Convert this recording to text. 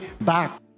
back